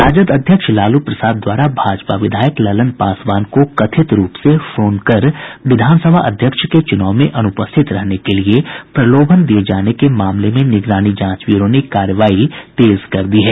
राजद अध्यक्ष लालू प्रसाद द्वारा भाजपा विधायक ललन पासवान को कथित रूप से फोन कर विधानसभा अध्यक्ष के चुनाव में अनुपस्थित रहने के लिए प्रलोभन दिये जाने के मामले में निगरानी जांच ब्यूरो ने कार्रवाई तेज कर दी है